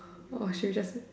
or should we just eat